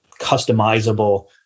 customizable